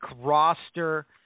roster